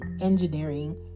engineering